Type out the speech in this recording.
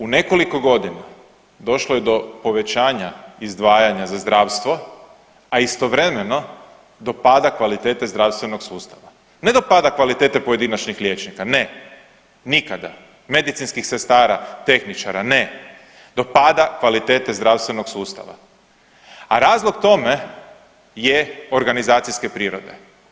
U nekoliko godina došlo je do povećanja izdvajanja za zdravstvo, a istovremeno do pada kvalitete zdravstvenog sustava, ne do pada kvalitete pojedinačnih liječnika ne, nikada, medicinskih sestara, tehničara ne, do pada kvalitete zdravstvenog sustava, a razlog tome je organizacijske prirode.